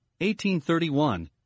1831